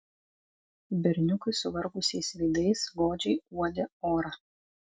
berniukai suvargusiais veidais godžiai uodė orą